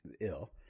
ill